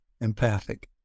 empathic